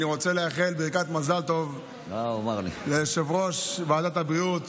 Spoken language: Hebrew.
אני רוצה לאחל ברכת מזל טוב ליושב-ראש ועדת הבריאות,